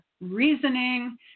reasoning